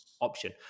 option